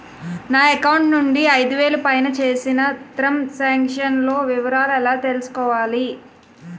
నా అకౌంట్ నుండి ఐదు వేలు పైన చేసిన త్రం సాంక్షన్ లో వివరాలు ఎలా తెలుసుకోవాలి?